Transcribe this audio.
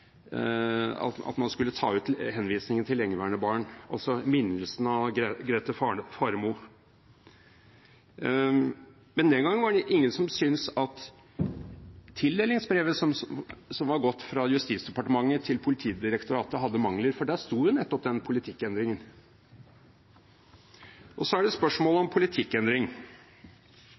henvisningen til lengeværende barn, altså minnelsen av Grete Faremo. Men den gangen var det ingen som syntes at tildelingsbrevet som var gått fra Justis- og beredskapsdepartementet til Politidirektoratet hadde mangler, for der sto jo nettopp den politikkendringen. Så er det spørsmålet